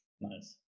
Nice